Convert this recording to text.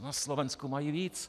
Na Slovensku mají víc.